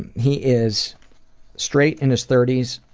and he is straight, in his thirty s.